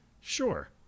Sure